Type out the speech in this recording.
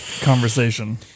conversation